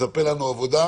מצפה לנו עבודה.